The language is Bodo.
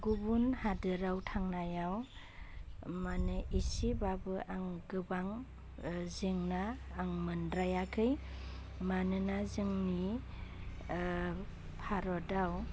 गुबुन हादराव थांनायाव मानि एसेबाबो आं गोबां जेंना आं मोनद्रायाखै मानोना जोंनि भारतआव